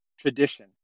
tradition